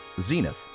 Zenith